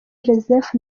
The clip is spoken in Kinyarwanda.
joseph